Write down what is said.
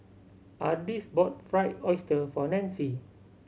Ardis bought Fried Oyster for Nancy